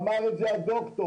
אמר את זה הדוקטור,